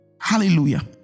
Hallelujah